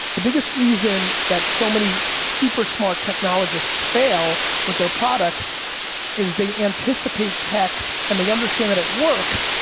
the biggest reason that so many super smart technologists fail with their products is they anticipate techs and they understand that it works,